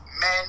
men